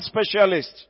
specialists